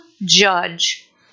judge